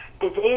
disease